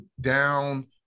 down